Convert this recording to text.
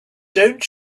don’t